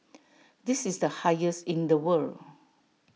this is the highest in the world